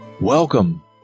Welcome